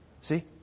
See